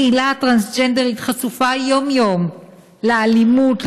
הקהילה הטרנסג'נדרית חשופה יום-יום לאלימות,